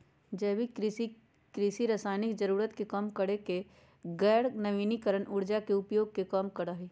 जैविक कृषि, कृषि रासायनिक जरूरत के कम करके गैर नवीकरणीय ऊर्जा के उपयोग के कम करा हई